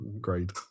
great